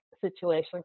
situation